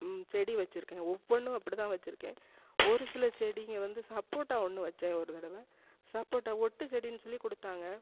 செடி வச்சுருக்கேன் ஒவ்வொன்னும் அப்படித்தான் வச்சுருக்கேன் ஒரு சில செடிங்க வந்து சப்போட்டா ஒன்று வச்சேன் ஒரு தடவை சப்போட்டா ஒட்டு செடின்னு சொல்லிக்கொடுத்தாங்க